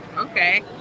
Okay